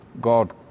God